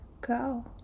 go